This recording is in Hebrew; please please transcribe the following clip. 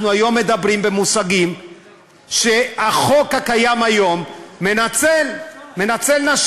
אנחנו היום מדברים במושגים שלפיהם החוק הקיים היום מנצל נשים.